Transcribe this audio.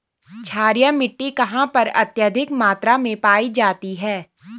क्षारीय मिट्टी कहां पर अत्यधिक मात्रा में पाई जाती है?